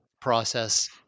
process